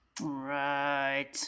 Right